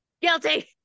guilty